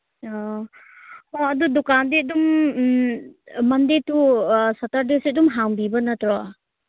ꯑꯣ ꯑꯣ ꯑꯗꯨ ꯗꯨꯀꯥꯟꯗꯤ ꯑꯗꯨꯝ ꯃꯟꯗꯦ ꯇꯨ ꯁꯦꯇꯔꯗꯦꯁꯤ ꯑꯗꯨꯝ ꯍꯥꯡꯕꯤꯕ ꯅꯠꯇ꯭ꯔꯣ